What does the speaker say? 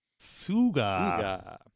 suga